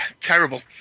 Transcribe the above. terrible